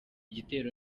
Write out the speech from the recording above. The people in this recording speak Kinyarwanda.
gitero